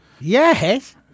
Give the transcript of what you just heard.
Yes